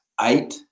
eight